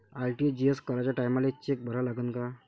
RTGS कराच्या टायमाले cheque भरा लागन का?